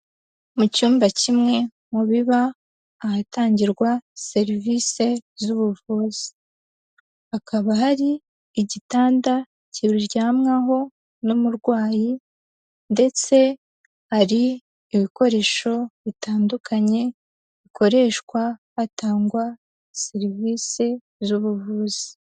Mu cyumba kimwe mu biba ahatangirwa serivisi z'ubuvuzi, hakaba hari igitanda kiryamwaho n'umurwayi ndetse hari ibikoresho bitandukanye, bikoreshwa hatangwa serivisi z'ubuvuzi.